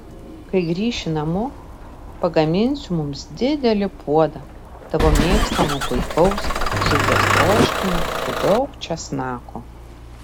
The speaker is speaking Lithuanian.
kai grįši namo pagaminsiu mums didelį puodą tavo mėgstamo puikaus žuvies troškinio su daug česnako